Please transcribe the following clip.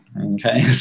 Okay